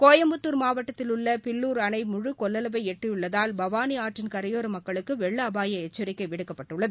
கோயம்புத்தார் மாவட்டத்திலுள்ளபில்லுர் அணைமுழுகொள்ளளவைஎட்டியுள்ளதால் பவானிஆற்றின் கரையோரமக்களுக்குவெள்ளஅபாயஎச்சரிக்கைவிடுக்கப்பட்டுள்ளது